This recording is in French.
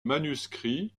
manuscrits